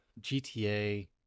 GTA